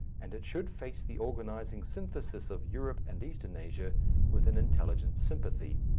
and it should face the organizing syntheses of europe and eastern asia with an intelligent sympathy.